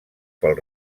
pel